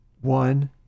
one